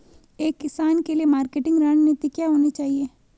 एक किसान के लिए मार्केटिंग रणनीति क्या होनी चाहिए?